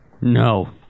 No